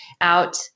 out